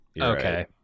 okay